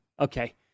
Okay